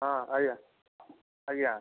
ହଁ ଆଜ୍ଞା ଆଜ୍ଞା